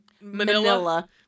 Manila